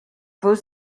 first